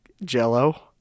jello